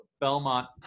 Belmont